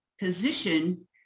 position